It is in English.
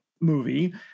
movie